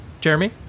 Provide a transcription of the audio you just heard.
Jeremy